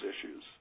issues